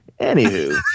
Anywho